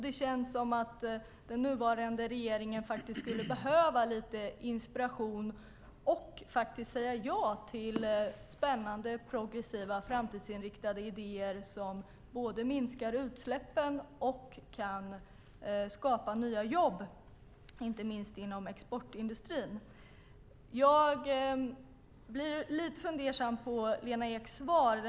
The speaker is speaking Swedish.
Det känns som om den nuvarande regeringen skulle behöva lite inspiration och säga ja till spännande, progressiva, framtidsinriktade idéer som både minskar utsläppen och kan skapa nya jobb, inte minst inom exportindustrin. Jag blir lite fundersam över Lena Eks svar.